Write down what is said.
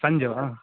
ಸಂಜೆವಾ